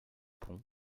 pont